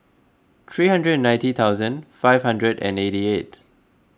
three hundred and ninety thousand five hundred and eighty eight